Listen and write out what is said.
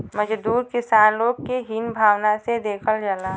मजदूर किसान लोग के हीन भावना से देखल जाला